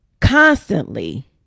constantly